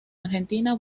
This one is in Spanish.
argentina